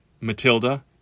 Matilda